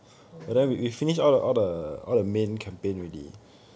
oh